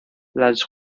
las